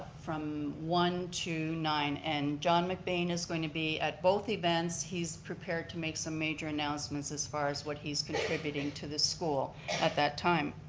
from one to nine, and john mcbain is going to be at both events. he's to make some major announcements' as far as what he's contributing to this school at that time.